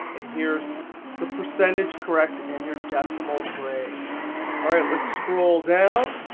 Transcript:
and here's the percentage correct and your decimal grade all right. let's scroll down.